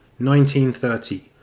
1930